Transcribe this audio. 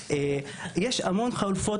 יש המון חלופות,